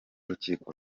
rukiko